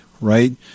right